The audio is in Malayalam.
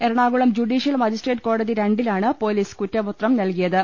എറണാകുളം ജുഡീഷ്യൽ മജിസ്ട്രേറ്റ് കോടതി രണ്ടിലാണ് പൊലീസ് കുറ്റപത്രം നല്കിയത്